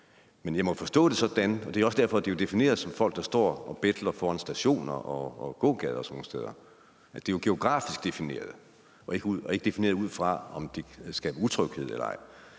efterfølgende for domstolene, for hvad er det? Det er jo defineret som folk, der står og betler foran stationer, på gågader og sådan nogle steder. Det er jo geografisk defineret og ikke defineret ud fra, om det skaber utryghed eller ej.